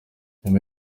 nyuma